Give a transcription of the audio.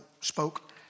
spoke